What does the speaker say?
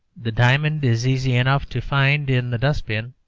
the diamond is easy enough to find in the dust-bin.